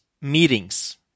meetings